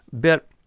bit